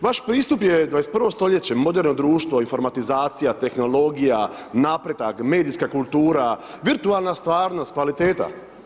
Vaš pristup je 21. stoljeće, moderno društvo, informatizacija, tehnologija, napredak, medijska kultura, virtualna stvarnost, kvaliteta.